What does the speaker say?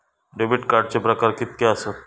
Debit कार्डचे प्रकार कीतके आसत?